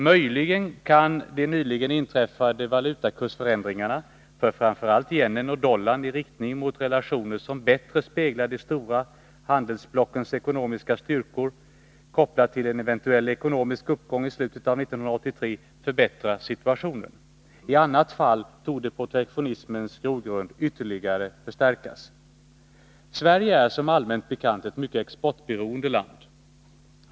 Möjligen kan de nyligen inträffade valutakursförändringar för framför allt yenen och dollarn i riktning mot relationer som bättre speglar de stora handelsblockens ekonomiska styrkor, kopplade till en eventuell ekonomisk uppgång i slutet av 1983, förbättra situationen. I annat fall torde protektionismens grogrund ytterligare förstärkas. Sverige är som allmänt bekant ett mycket exportberoende land.